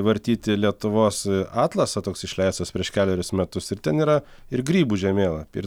vartyti lietuvos atlasą toks išleistas prieš kelerius metus ir ten yra ir grybų žemėlapį